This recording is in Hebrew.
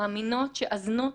מאמינות שהזנות